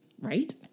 Right